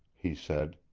he said.